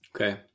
Okay